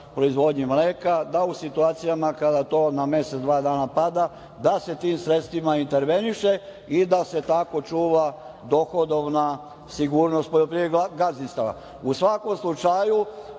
proizvodnje mleka, da u situacijama kada to na mesec, dva dana pada, da se tim sredstvima interveniše i da se tako čuva dohodovna sigurnost poljoprivrednih gazdinstava.U svakom slučaju,